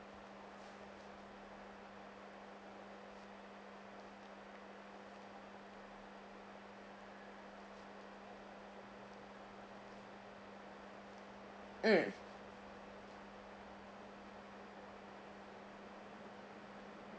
mm